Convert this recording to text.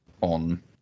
on